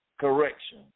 correction